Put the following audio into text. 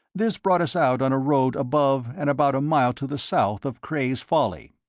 this brought us out on a road above and about a mile to the south of cray's folly.